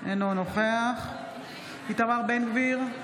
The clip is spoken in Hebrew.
אינו נוכח איתמר בן גביר,